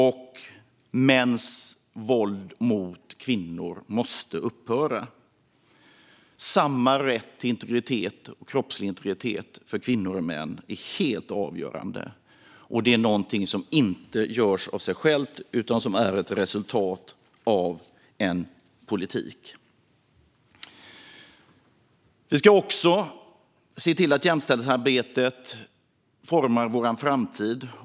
Mäns våld mot kvinnor måste upphöra. Samma rätt till kroppslig integritet för kvinnor och män är helt avgörande. Det är någonting som inte görs av sig självt utan som är ett resultat av politik. Vi ska också se till att jämställdhetsarbetet formar vår framtid.